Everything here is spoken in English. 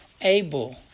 Abel